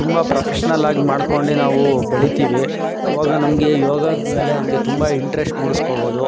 ತುಂಬ ಪ್ರೊಫೆಷ್ನಲ್ಲಾಗಿ ಮಾಡ್ಕೊಂಡು ನಾವು ಬೆಳಿತೀವಿ ಅವಾಗ ನಮಗೆ ಯೋಗದ ಮೇಲೆ ನಮಗೆ ತುಂಬ ಇಂಟ್ರೆಶ್ಟ್ ಮೂಡಿಸ್ಕೋಬೋದು